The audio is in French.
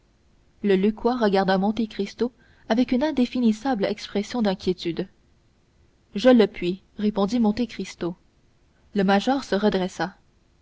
le lucquois regarda monte cristo avec une indéfinissable expression d'inquiétude je le puis répondit monte cristo le major se redressa